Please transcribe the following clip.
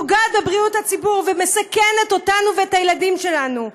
פוגעת בבריאות הציבור ומסכנת אותנו ואת הילדים שלנו.